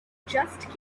just